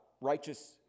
righteous